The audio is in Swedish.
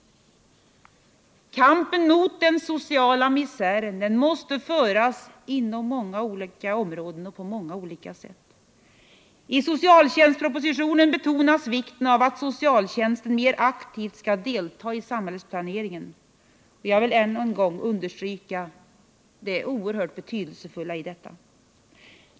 Kampen mot den sociala misären måste föras inom många olika områden och på många olika sätt. I socialtjänstpropositionen betonas vikten av att socialtjänsten mer aktivt skall delta i samhällsplaneringen. Jag vill än en gång understryka det oerhört betydelsefulla i detta.